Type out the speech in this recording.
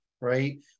right